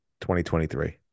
2023